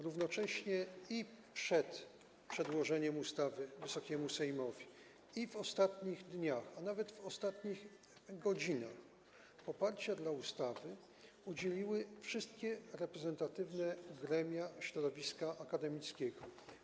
Równocześnie i przed przedłożeniem ustawy Wysokiemu Sejmowi, i w ostatnich dniach, a nawet w ostatnich godzinach poparcia dla ustawy udzieliły wszystkie reprezentatywne gremia środowiska akademickiego.